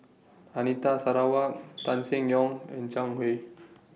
Anita Sarawak Tan Seng Yong and Zhang Hui